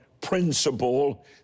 principle